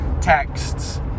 texts